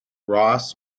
ross